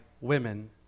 women